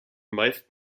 meist